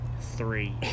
three